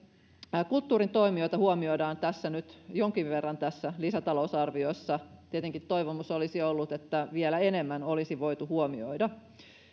kulttuurin toimijoita huomioidaan nyt jonkin verran tässä lisätalousarviossa tietenkin toivomus olisi ollut että vielä enemmän olisi voitu huomioida